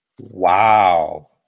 wow